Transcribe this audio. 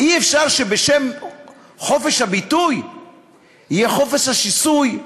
אי-אפשר שבשם חופש הביטוי יהיה חופש השיסוי,